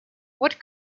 what